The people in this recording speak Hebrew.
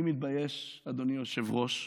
אני מתבייש, אדוני היושב-ראש,